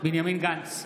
בנימין גנץ,